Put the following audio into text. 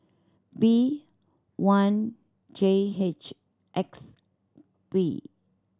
B one J H X P